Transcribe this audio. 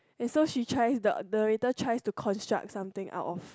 so she tries the narrator tries to construct something out of